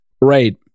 right